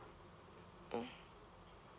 mm